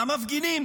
והמפגינים,